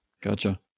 Gotcha